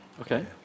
Okay